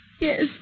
Yes